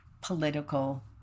political